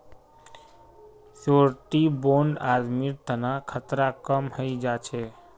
surety bond आदमीर तना खतरा कम हई जा छेक